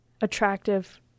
attractive